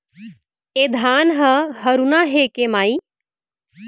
ए धान ह हरूना हे के माई?